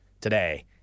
today